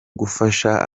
gufasha